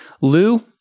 Lou